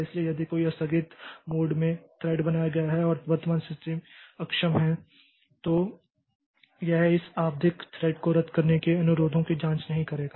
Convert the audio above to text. इसलिए यदि कोई आस्थगित मोड में थ्रेड बनाया गया है और वर्तमान स्थिति अक्षम है तो यह इस आवधिक थ्रेड को रद्द करने के अनुरोधों की जांच नहीं करेगा